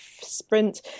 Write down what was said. sprint